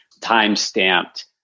time-stamped